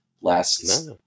last